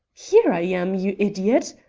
here i am, you idiot,